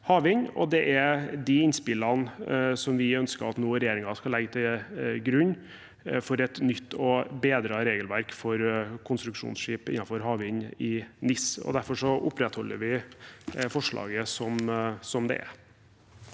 Det er de innspillene vi ønsker at regjeringen skal legge til grunn for et nytt og bedret regelverk for konstruksjonsskip innenfor havvind i NIS. Derfor opprettholder vi forslaget som det er.